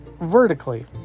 vertically